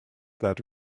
that